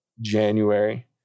january